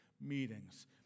meetings